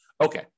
Okay